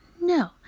No